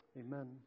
Amen